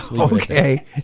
okay